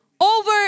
over